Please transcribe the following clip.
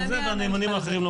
והנאמנים האלה לא